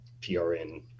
prn